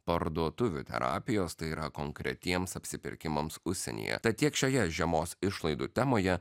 parduotuvių terapijos tai yra konkretiems apsipirkimams užsienyje tad tiek šioje žiemos išlaidų temoje